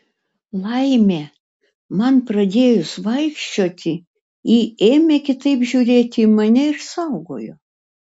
laimė man pradėjus vaikščioti ji ėmė kitaip žiūrėti į mane ir saugojo